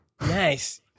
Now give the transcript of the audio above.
Nice